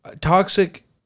toxic